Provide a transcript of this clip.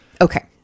Okay